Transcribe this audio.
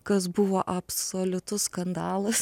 kas buvo absoliutus skandalas